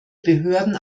behörden